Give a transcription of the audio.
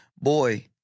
Boy